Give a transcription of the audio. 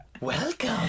Welcome